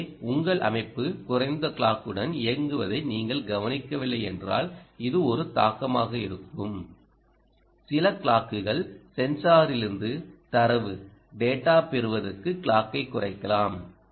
எனவே உங்கள் அமைப்பு குறைந்த க்ளாக்குடன் இயங்குவதை நீங்கள் கவனிக்கவில்லை என்றால் இது ஒரு தாக்கமாக இருக்கும் சில க்ளாக்குகள் ஸென்ஸாரிலிருந்து தரவு பெறுவதற்கு க்ளாக்கைக் குறைக்கலாம்